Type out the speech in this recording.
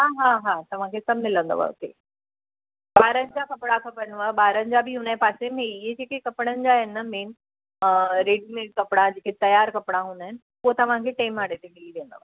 हा हा हा तव्हांखे सभु मिलंदव हुते ॿारनि जा कपिड़ा खपनुव ॿारनि जा बि हुन जे पासे में इहे जेके कपिड़नि जा आहिनि न मेन अ रेडीमेट कपिड़ा जेके तियारु कपिड़ा हूंदा आहिनि उहे तव्हांखे टिएं माड़े ते मिली वेंदव